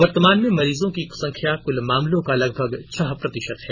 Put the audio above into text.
वर्तमान में मरीजों की संख्या कुल मामलों का लगभग छह प्रतिशत है